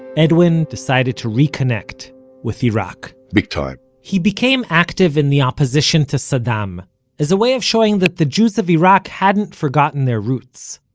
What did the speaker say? edwin decided to reconnect with iraq big time he became active in the opposition to saddam as a way of showing that the jews of iraq hadn't forgotten their roots,